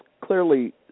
clearly –